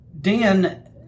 Dan